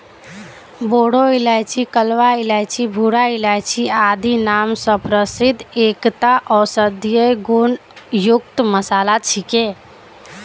बोरो इलायची कलवा इलायची भूरा इलायची आदि नाम स प्रसिद्ध एकता औषधीय गुण युक्त मसाला छिके